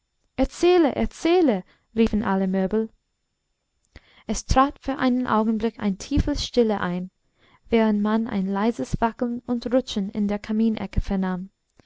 erzähle erzähle riefen alle möbel es trat für einen augenblick eine tiefe stille ein während man ein leises wackeln und rutschen in der kaminecke vernahm